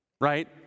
right